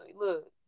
look